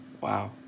wow